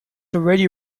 already